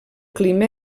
clima